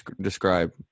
describe